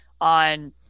on